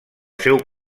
seu